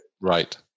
Right